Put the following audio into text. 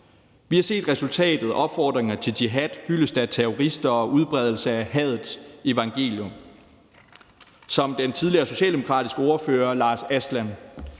Vi har set resultatet: opfordringer til jihad, hyldest af terrorister og udbredelse af hadets evangelium. Som den tidligere socialdemokratiske ordfører Lars Aslan